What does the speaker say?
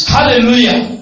Hallelujah